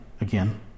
again